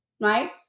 Right